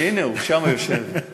הנה, הוא יושב שם.